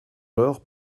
l’or